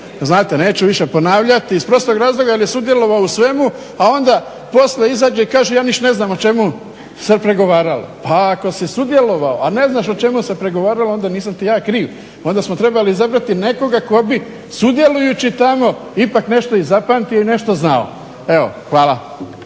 znate neću više ponavljati, iz prostog razloga jer je sudjelovao u svemu, a onda poslije izađe i kaže ja ništa ne znam o čemu se pregovaralo. Pa ako si sudjelovao, a ne znaš o čemu se pregovaralo onda nisam ti ja kriv, onda smo trebali izabrati nekoga ko bi sudjelujući tamo ipak nešto i zapamtio i nešto znao. Evo, hvala.